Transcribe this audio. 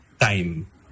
time